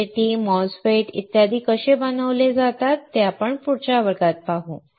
BJT FAT MOSFETS इत्यादी कसे बनवले जातात ते आपण पुढच्या वर्गात पाहू